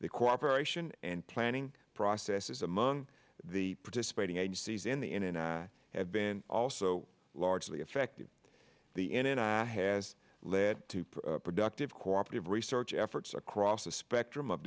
the cooperation and planning process is among the participating agencies in the in and have been also largely effective the n r a has led to a productive cooperative research efforts across the spectrum of